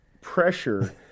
pressure